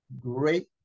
great